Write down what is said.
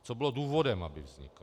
Co bylo důvodem, aby vznikl.